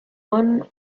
one